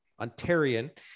Ontarian